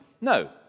no